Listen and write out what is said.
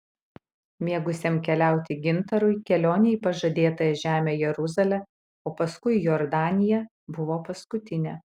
mėgusiam keliauti gintarui kelionė į pažadėtąją žemę jeruzalę o paskui į jordaniją buvo paskutinė